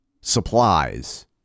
supplies